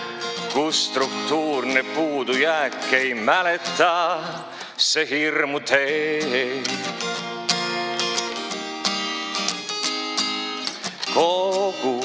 struktuurne puudujääk – ei mäleta, see hirmu teeb. Kogu